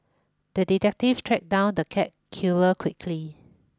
the detective tracked down the cat killer quickly